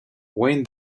when